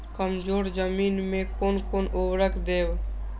कमजोर जमीन में कोन कोन उर्वरक देब?